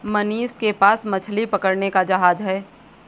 मनीष के पास मछली पकड़ने का जहाज है